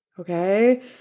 Okay